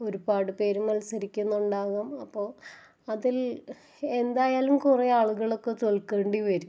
ഒരുപാട് പേര് മത്സരിക്കുന്നുണ്ടാകാം അപ്പോൾ അതിൽ എന്തായാലും കുറെ ആളുകളൊക്കെ തോൽക്കേണ്ടി വരും